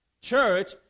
Church